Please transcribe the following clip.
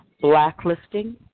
blacklisting